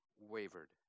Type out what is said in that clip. wavered